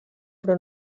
però